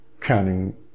counting